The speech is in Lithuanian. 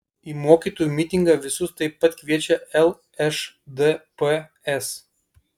į mokytojų mitingą visus taip pat kviečia lšdps